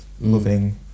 loving